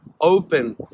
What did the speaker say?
open